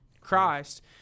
Christ